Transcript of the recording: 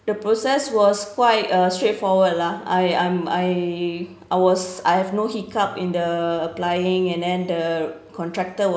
the process was quite uh straightforward lah I I'm I I was I have no hiccup in the applying and and then contractor